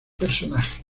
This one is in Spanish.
personaje